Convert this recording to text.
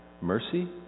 mercy